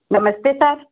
नमस्ते सर